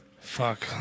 Fuck